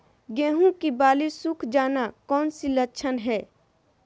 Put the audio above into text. गेंहू की बाली सुख जाना कौन सी लक्षण है?